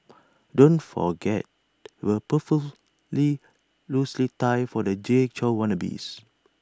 don't forget the loosened tie for the Jay Chou wannabes